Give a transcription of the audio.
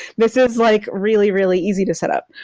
this is like really, really easy to set up.